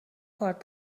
کارت